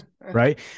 right